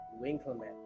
Winkleman